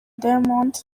diamond